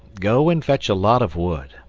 go and fetch a lot of wood,